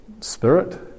spirit